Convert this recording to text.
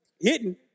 hitting